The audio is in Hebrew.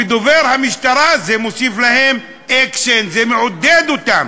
ודובר המשטרה: זה מוסיף להם אקשן, זה מעודד אותם.